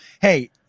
Hey